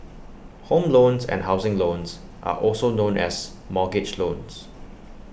home loans and housing loans are also known as mortgage loans